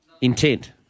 intent